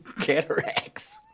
cataracts